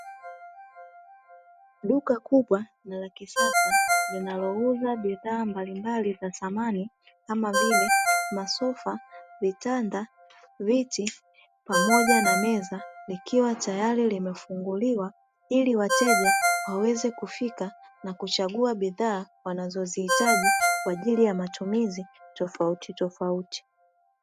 Duka kubwa na la kisasa, linalouza bidhaa mbalimbali za samani, kama vile masofa, vitanda, viti pamoja na meza; likiwa tayari limefunguliwa, ili wateja waweze kufika na kuchagua bidhaa wanazoziitaji kwa ajili ya matumizi tofautitofauti.